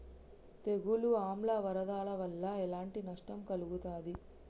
తెగులు ఆమ్ల వరదల వల్ల ఎలాంటి నష్టం కలుగుతది?